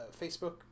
facebook